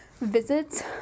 visits